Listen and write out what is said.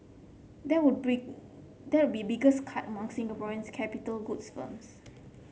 that would be that would be biggest cut among Singaporean capital goods firms